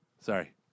Sorry